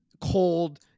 cold